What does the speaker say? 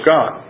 God